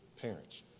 parents